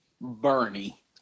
Bernie